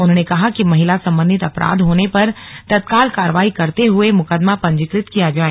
उन्होंने कहा कि महिला संबंधित अपराध होने पर तत्काल कार्रवाई करते हुए मुकदमा पंजीकृत किया जाए